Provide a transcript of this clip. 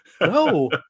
No